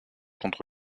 contre